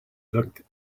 looked